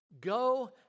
Go